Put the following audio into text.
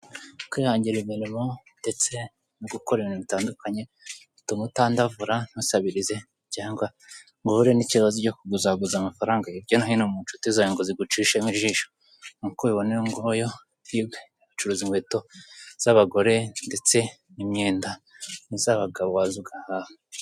Kwihangira imirimo ndetse no gukora ibintu bitandukanye bituma utandavura, ntusabirize cyangwa ngo uhure n'ikibazo cyo kuguzaguza amafaranga mu nshuti zawe ngo zigucishemo ijisho. Nk'uko ubinona, uyunguyu acuruza inkweto z'abagore ndetse n'imyenda. N'iz'abagabo waza ugahaha.